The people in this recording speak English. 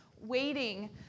waiting